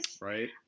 Right